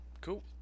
Cool